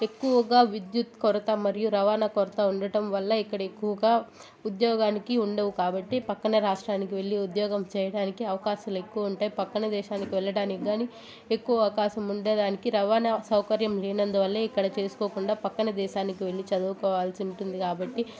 ఎక్కువగా విద్యుత్ కొరత మరియు రవాణా కొరత ఉండటం వల్ల ఇక్కడ ఎక్కువగా ఉద్యోగానికి ఉండవు కాబట్టి పక్కన రాష్ట్రానికి వెళ్లి ఉద్యోగం చేయడానికి అవకాశాలు ఎక్కువ ఉంటాయి పక్కన దేశానికీ వెళ్ళడానికి కానీ ఎక్కువ అవకాశం ఉండేదని రవాణా సౌకర్యం లేనందువల్లే ఇక్కడ చేసుకోకుండా పక్కన దేశానికీ వెళ్లి చదువుకోవాల్సి ఉంటుంది కాబట్టి